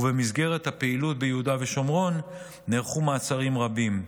ובמסגרת הפעילות ביהודה ושומרון נערכו מעצרים רבים.